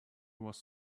was